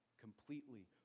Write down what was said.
completely